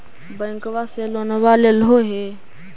बैंकवा से लोनवा लेलहो हे?